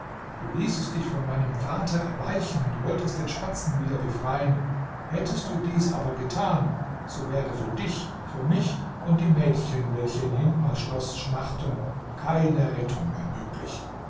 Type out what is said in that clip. du ließest dich von meinem vater erweichen und wolltest den spatzen wieder befreien hättest du dies aber getan so wäre für dich für mich und die mädchen welche in hindmars schloß schmachten keine rettung mehr möglich